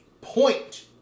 point